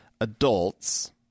adults